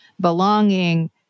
belonging